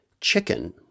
Chicken